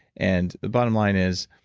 and the bottom line is,